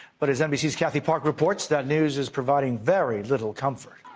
but as nbc's kathy park reports, that news is providing very little comfort.